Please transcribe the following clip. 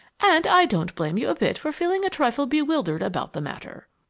and i don't blame you a bit for feeling a trifle bewildered about the matter.